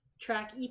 track